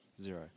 zero